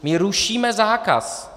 My rušíme zákaz.